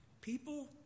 people